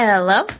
Hello